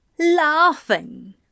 Laughing